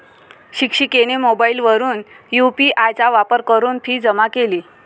शिक्षिकेने मोबाईलवरून यू.पी.आय चा वापर करून फी जमा केली